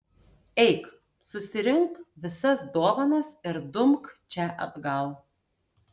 eik susirink visas dovanas ir dumk čia atgal